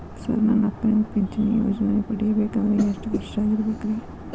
Sir ನನ್ನ ಅಪ್ಪನಿಗೆ ಪಿಂಚಿಣಿ ಯೋಜನೆ ಪಡೆಯಬೇಕಂದ್ರೆ ಎಷ್ಟು ವರ್ಷಾಗಿರಬೇಕ್ರಿ?